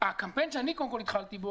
הקמפיין שאני התחלתי בו,